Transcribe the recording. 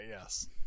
yes